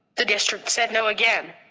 the district said no again.